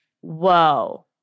Whoa